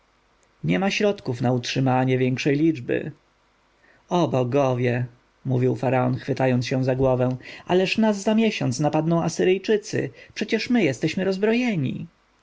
niema środków na utrzymanie większej liczby o bogowie mówił faraon chwytając się za głowę ależ nas za miesiąc napadną asyryjczycy przecież my jesteśmy rozbrojeni